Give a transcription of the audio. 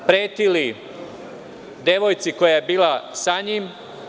Pretili devojci koja je bila sa njim?